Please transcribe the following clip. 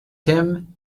him